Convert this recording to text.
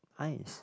nice